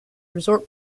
resort